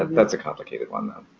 um that's a complicated one though.